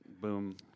boom